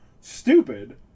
stupid